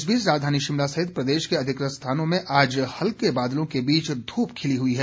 इस बीच राजधानी शिमला सहित प्रदेश के अधिकतर स्थानों में आज हल्के बादलों के बीच धूप खिली हुई है